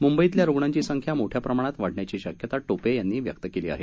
मुंबईतल्या रुग्णांची संख्या मोठ्या प्रमाणात वाढण्याची शक्यता टोपे यांनी व्यक्त केली आहे